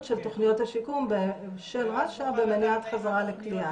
של תוכניות השיקום של רש"א במניעת חזרה לכליאה.